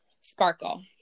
sparkle